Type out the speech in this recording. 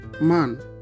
Man